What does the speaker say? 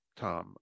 Tom